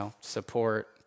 support